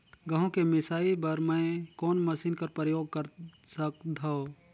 गहूं के मिसाई बर मै कोन मशीन कर प्रयोग कर सकधव?